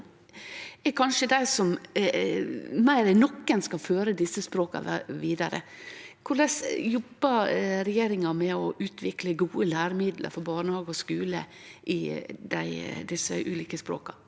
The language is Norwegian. er kanskje dei som meir enn nokon skal føre desse språka vidare. Korleis jobbar regjeringa med å utvikle gode læremiddel for barnehage og skule i desse ulike språka?